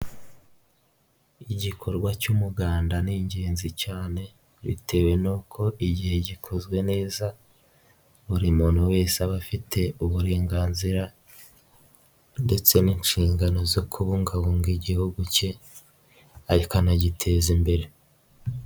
Igikorwa cy'umuganda ni ingenzi cyane, bitewe n'uko igihe gikozwe neza, buri muntu wese aba afite uburenganzira ndetse n'inshingano zo kubungabunga igihugu ke, ariko anagiteza imbere.